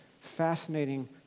fascinating